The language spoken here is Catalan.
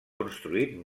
construït